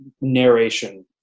narration